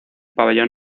pabellón